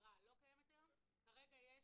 נסגרה כרגע,